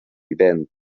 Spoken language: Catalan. vivent